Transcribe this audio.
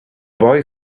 boy